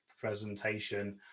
presentation